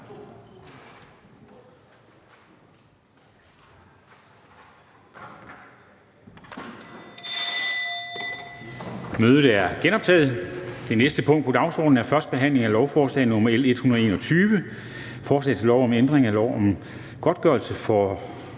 (Kl. 11:34). --- Det næste punkt på dagsordenen er: 23) 1. behandling af lovforslag nr. L 121: Forslag til lov om ændring af lov om godtgørelse til